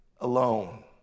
alone